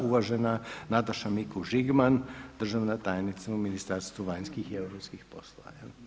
Uvažena Nataša Mikuš Žigman, državna tajnica u Ministarstvu vanjskih i europskih poslova.